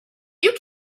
you